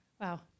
wow